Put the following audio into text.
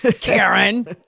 Karen